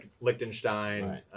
Liechtenstein